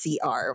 CR